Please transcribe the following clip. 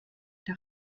der